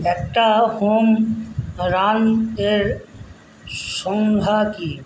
একটা হোম রানের সংজ্ঞা কি